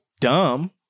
dumb